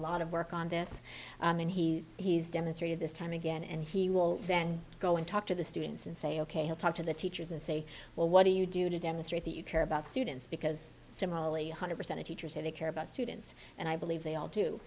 lot of work on this and he he's demonstrated this time again and he will then go and talk to the students and say ok i'll talk to the teachers and say well what do you do to demonstrate that you care about students because similarly one hundred percent of teachers say they care about students and i believe they all